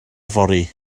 fory